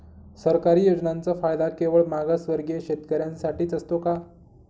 सरकारी योजनांचा फायदा केवळ मागासवर्गीय शेतकऱ्यांसाठीच असतो का?